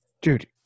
Dude